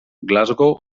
glasgow